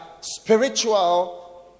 spiritual